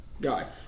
guy